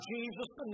Jesus